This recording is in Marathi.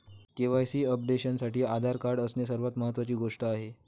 के.वाई.सी अपडेशनसाठी आधार कार्ड असणे सर्वात महत्वाची गोष्ट आहे